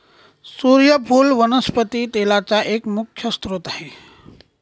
सुर्यफुल वनस्पती तेलाचा एक मुख्य स्त्रोत आहे